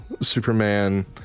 Superman